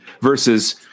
versus